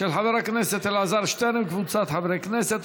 של חבר הכנסת אלעזר שטרן וקבוצת חברי הכנסת.